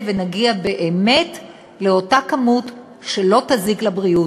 ונגיע באמת לאותה כמות שלא תזיק לבריאות.